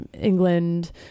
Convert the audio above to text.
England